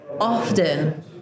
often